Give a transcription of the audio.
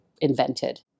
invented